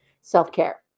self-care